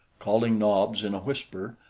calling nobs in a whisper,